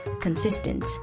consistent